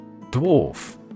Dwarf